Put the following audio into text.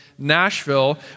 Nashville